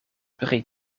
pri